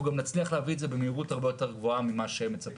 גם נצליח להביא את זה במהירות הרבה יותר גבוהה ממה שמצפים.